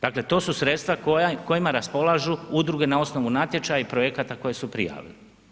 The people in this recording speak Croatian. Dakle, to su sredstva kojima raspolažu udruge na osnovu natječaja i projekata koje su prijavili.